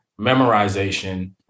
memorization